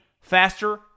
faster